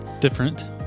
Different